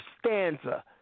stanza